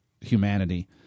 humanity